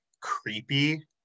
creepy